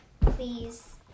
please